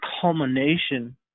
culmination